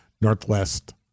northwest